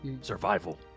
Survival